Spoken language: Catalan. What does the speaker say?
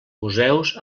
museus